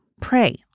pray